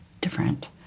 different